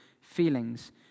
feelings